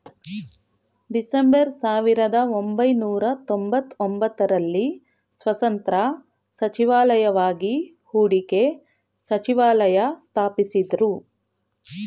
December ಸಾವಿರದಒಂಬೈನೂರ ತೊಂಬತ್ತಒಂಬತ್ತು ರಲ್ಲಿ ಸ್ವತಂತ್ರ ಸಚಿವಾಲಯವಾಗಿ ಹೂಡಿಕೆ ಸಚಿವಾಲಯ ಸ್ಥಾಪಿಸಿದ್ದ್ರು